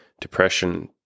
depression